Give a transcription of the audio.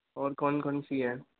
और कौन कौन सी है